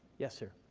yes sir.